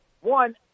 One